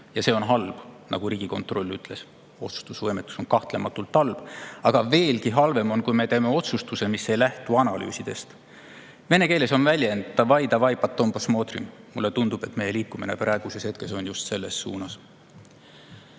ja see on halb, nagu Riigikontroll ütles. Otsustusvõimetus on kahtlematult halb, aga veelgi halvem on, kui me teeme otsustuse, mis ei lähtu analüüsidest. Vene keeles on väljend "Davai, davai, potom posmotrim!". Mulle tundub, et meie liigume praegu just selles suunas.